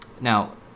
Now